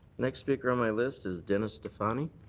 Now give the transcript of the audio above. next speaker on my list is dennis stefanie.